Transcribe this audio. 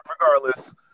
regardless